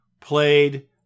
played